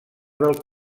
del